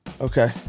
Okay